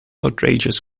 outrageous